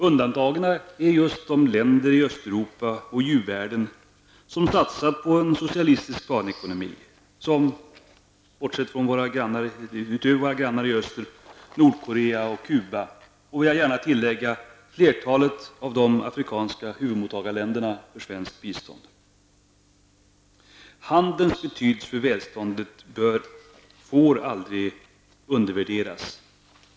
Undantagna är just de länder i Östeuropa och i u-världen som har satsat på en socialistisk planekonomi. Bortser man från våra grannar i Östeuropa är det Nordkorea och Cuba och, vill jag gärna tillägga, flertalet av de afrikanska huvudmottagarländerna för svenskt bistånd. Handelns betydelse för välståndet får aldrig undervärderas.